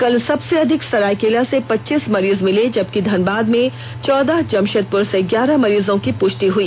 कल सबसे अधिक सरायकेला से पचीस मरीज मिले जबकि धनबाद में चौदह जमषेदपुर से ग्यारह मरीजों की पुष्टि हुई